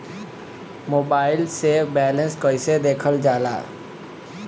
Mobile से balance कइसे देखल जाला?